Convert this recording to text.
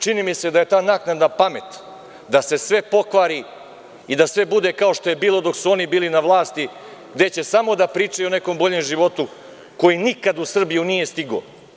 Čini mi se da je ta naknadna pamet da se sve pokvari i da sve bude kao što je bilo dok su oni bili na vlasti, gde će samo da pričaju o nekom boljem životu koji nikad u Srbiju nije stigao.